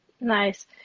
Nice